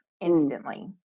instantly